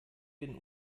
den